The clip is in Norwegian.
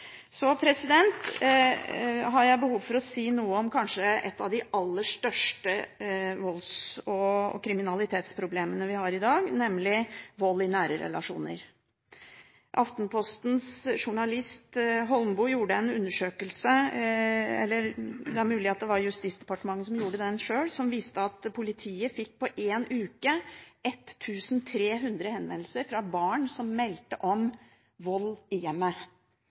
Så har jeg behov for å si noe om kanskje et av de aller største volds- og kriminalitetsproblemene vi har i dag, nemlig vold i nære relasjoner. Aftenpostens journalist Thomas Boe Hornburg hadde en politisk kommentar om at politiet på én uke fikk 1 300 henvendelser fra barn som meldte om vold i hjemmet.